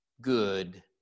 good